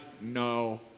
no